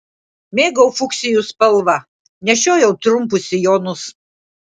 mėgau fuksijų spalvą nešiojau trumpus sijonus